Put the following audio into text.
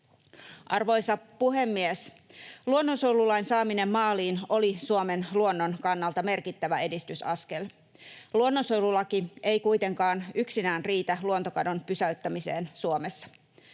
Arvoisa puhemies! Luonnonsuojelulain saaminen maaliin oli Suomen luonnon kannalta merkittävä edistysaskel. Luonnonsuojelulaki ei kuitenkaan yksinään riitä luontokadon pysäyttämiseen Suomessa.